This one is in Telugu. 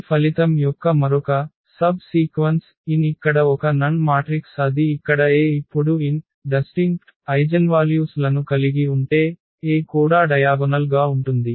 ఈ ఫలితం యొక్క మరొక పరిణామం n ఇక్కడ ఒక nn మాట్రిక్స్ అది ఇక్కడ A ఇప్పుడు n విభిన్నమైన ఐగెన్వాల్యూస్ లను కలిగి ఉంటే A కూడా డయాగొనల్ గా ఉంటుంది